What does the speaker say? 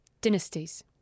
Dynasties